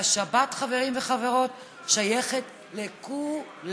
והשבת, חברים וחברות, שייכת לכולם.